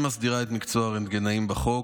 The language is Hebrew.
שמסדירה את מקצוע הרנטגנאים בחוק.